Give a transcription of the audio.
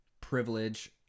privilege